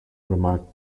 remarked